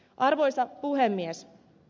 arvoisa puhemies